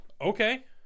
Okay